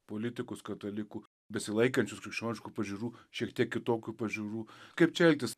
politikus katalikų besilaikančius krikščioniškų pažiūrų šiek tiek kitokių pažiūrų kaip čia elgtis